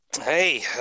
Hey